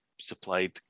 supplied